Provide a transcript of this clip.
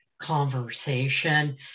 conversation